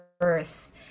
earth